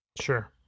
Sure